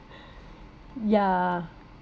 yeah